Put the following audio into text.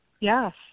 Yes